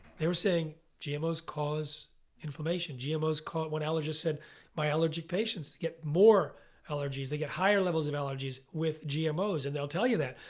they were saying gmos cause inflammation. gmos caused. one allergist said my allergy patients to get more allergies, they get higher levels of allergies with gmos and they'll tell you that.